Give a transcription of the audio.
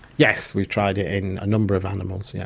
yes, we've tried it in a number of animals, yes.